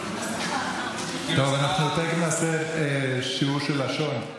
אנחנו תכף נעשה שיעור של לשון.